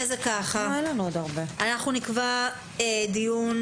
נקבע עוד